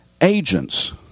agents